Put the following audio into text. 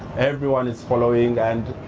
everyone is following, and